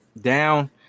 down